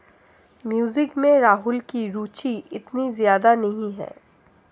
music में राहुल की रुचि इतनी ज्यादा नहीं है